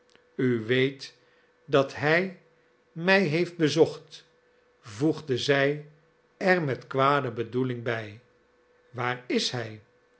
u weet dat hij mij heeft bezocht voegde zij er met kwade bedoeling bij waar is hij